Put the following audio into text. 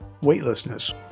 weightlessness